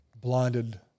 blinded